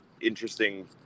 interesting